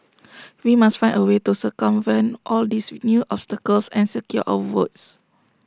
we must find A way to circumvent all these with new obstacles and secure our votes